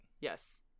Yes